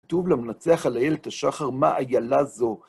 כתוב למנצח על איילת השחר, מה איילה זו.